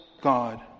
God